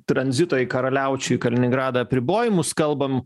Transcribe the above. tranzito į karaliaučių į kaliningradą apribojimus kalbam